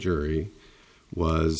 jury was